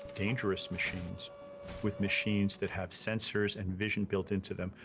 dangerous machines with machines that have sensors and vision built into them,